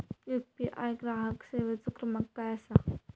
UPI ग्राहक सेवेचो क्रमांक काय असा?